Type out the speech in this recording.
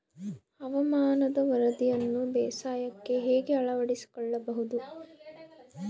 ಹವಾಮಾನದ ವರದಿಯನ್ನು ಬೇಸಾಯಕ್ಕೆ ಹೇಗೆ ಅಳವಡಿಸಿಕೊಳ್ಳಬಹುದು?